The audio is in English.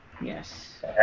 yes